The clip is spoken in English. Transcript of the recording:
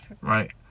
right